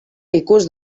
ikus